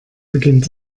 beginnt